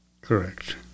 Correct